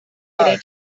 reading